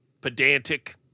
pedantic